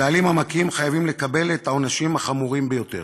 הבעלים המכים חייבים לקבל את העונשים החמורים ביותר,